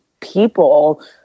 people